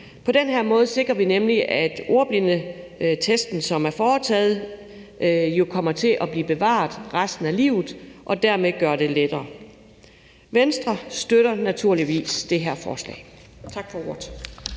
På den her måde sikrer vi nemlig, at ordblindetesten, som er foretaget, jo kommer til at blive bevaret resten af livet og dermed gør det lettere. Venstre støtter naturligvis det her forslag. Tak for ordet.